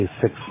six